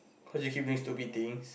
cause you keep doing stupid things